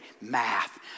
math